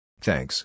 Thanks